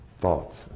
thoughts